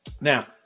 now